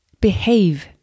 behave